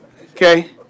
Okay